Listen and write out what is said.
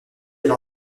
elle